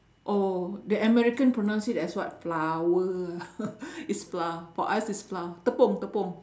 oh the american pronounce it as what flower is flour for us is flour tepung tepung